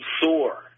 soar